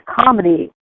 comedy